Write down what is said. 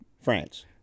France